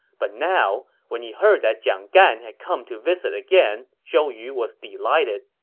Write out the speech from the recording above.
but now, when he heard that jiang gan had come to visit again, zhou yu was delighted.